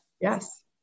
Yes